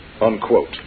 unquote